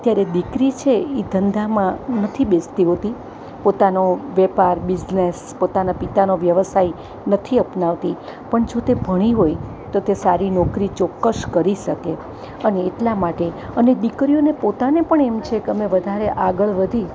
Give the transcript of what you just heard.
ત્યારે દીકરી છે એ ધંધામાં નથી બેસતી હોતી પોતાનો વ્યાપાર બિઝનેસ પોતાના પિતાનો વ્યવસાય નથી અપનાવતી પણ જો તે ભણી હોય તો તે સારી નોકરી ચોક્કસ કરી શકે અને એટલા માટે અને દીકરીઓને પોતાને પણ એમ છે કે અમે વધારે આગળ વધી